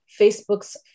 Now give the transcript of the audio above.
Facebook's